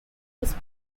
his